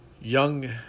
Young